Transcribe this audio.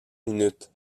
minutes